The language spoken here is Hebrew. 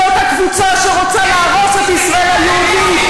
זו הקבוצה שרוצה להרוס את ישראל היהודית.